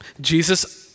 Jesus